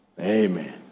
amen